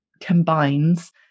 combines